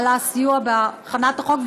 על הסיוע בהכנת החוק.